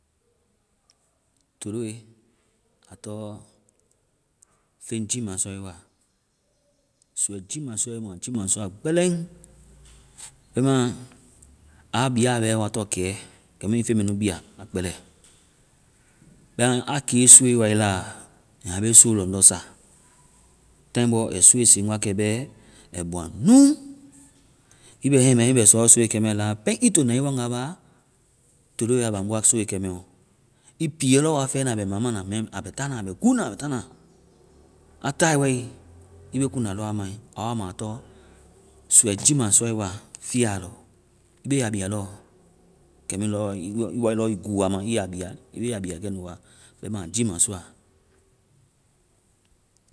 Toloe, a tɔŋ feŋ jiimasɔe wa. Suuɛ jiimasɔe mu. A jiimasɔa gbɛlɛŋ. Bɛma, a bia bɛ wa tɔŋ kɛɛ. Kɛmu ii fwŋ mɛ nu bia, a kpɛlɛ. Bɛma a ke soe wae la, a be so lɔŋdɔ sa. Taŋi bɔ ai soe seŋ wa kɛ bɛ ai bɔaŋ nu. Ii bɛ hɛŋmɛ. Ii bɛ sɔ soe kɛmɛ la, pɛŋ ii to na ii waŋa ba, toloe a baŋ bɔa soe kɛmɛ ɔ. Ii piiɛ lɔ wa fɛna a bɛ mamana. Ɛŋ a bɛ guu na a bɛ ta na. A tae wae, i be kuŋda lɔ a mai. A wa ma a tɔŋ suuɛ jiimasɔe wa fiia lɔ. Ii be a bia lɔ kiimu lɔ ii wa lɔ ii guu a ma ii ya bia. Ii be a bia kɛnu wa. Bɛma a jiimasɔa.